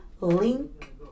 link